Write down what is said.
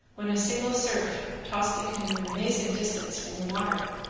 when a single surf tossed the canoe an amazing distance from the water,